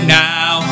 now